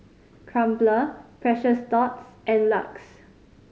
Crumpler Precious Thots and LUX